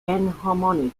enharmonic